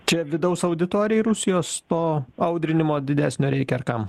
čia vidaus auditorijai rusijos to audrinimo didesnio reikia ar kam